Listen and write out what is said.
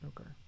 Okay